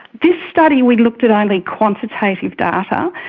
this study we looked at only quantitative data,